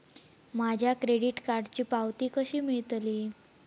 माझ्या क्रेडीट कार्डची पावती कशी मिळतली?